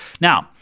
Now